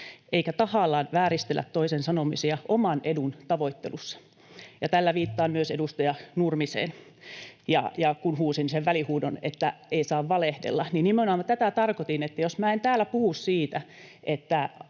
eikä tahallaan vääristellä toisen sanomisia oman edun tavoittelussa. Ja tällä viittaan myös edustaja Nurmiseen. Kun huusin sen välihuudon, että ei saa valehdella, niin nimenomaan tätä tarkoitin: jos en täällä puhu niin,